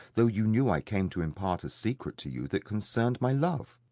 though you knew i came to impart a secret to you that concerned my love.